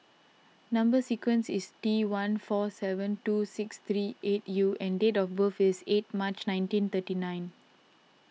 Number Sequence is T one four seven two six three eight U and date of birth is eight March nineteen thirty nine